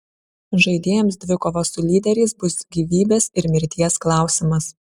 žaidėjams dvikova su lyderiais bus gyvybės ir mirties klausimas